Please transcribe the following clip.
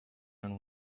and